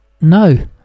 no